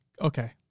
Okay